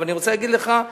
אבל אני רוצה להגיד לך,